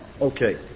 Okay